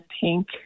Pink